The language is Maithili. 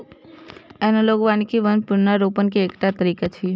एनालॉग वानिकी वन पुनर्रोपण के एकटा तरीका छियै